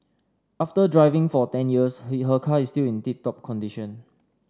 after driving for ten years he her car is still in tip top condition